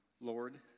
Lord